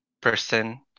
person